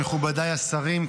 מכובדיי השרים,